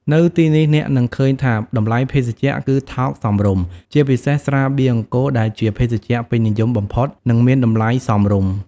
នៅទីនេះ អ្នកនឹងឃើញថា តម្លៃភេសជ្ជៈគឺថោកសមរម្យ ជាពិសេស ស្រាបៀរអង្គរ ដែលជាភេសជ្ជៈពេញនិយមបំផុត និងមានតម្លៃសមរម្យ។